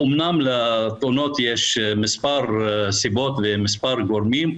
אמנם לתאונות יש מספר סיבות ומספר גורמים,